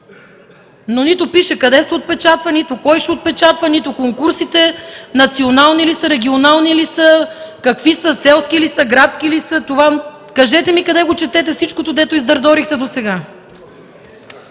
Но нито пише къде се отпечатва, нито кой ще отпечатва, нито конкурсите национални ли са, регионални ли са, какви са, селски ли са, градски ли са. Кажете ми къде го четете всичкото, което издърдорихте досега?